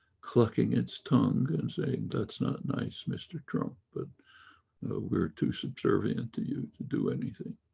clucking its tongue and saying that's not nice, mr. trump, but we're too subservient to you to do anything.